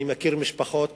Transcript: אני מכיר משפחות